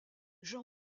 jean